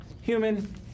human